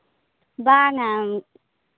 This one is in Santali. ᱵᱟᱝᱼᱟ